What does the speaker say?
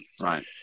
Right